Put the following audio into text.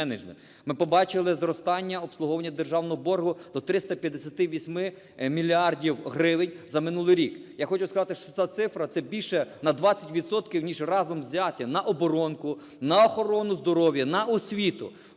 Ми побачили зростання обслуговування державного боргу до 358 мільярдів гривень за минулий рік. Я хочу сказати, що ця цифра, це більше на 20 відсотків, ніж разом взяті на оборонку, на охорону здоров'я, на освіту,